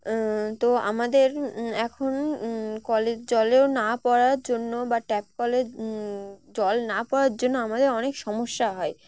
তো আমাদের এখন কলের জলেও না পড়ার জন্য বা ট্যাপ কলের জল না পড়ার জন্য আমাদের অনেক সমস্যা হয়